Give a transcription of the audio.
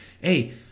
hey